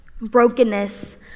brokenness